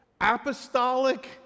Apostolic